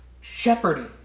shepherding